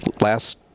last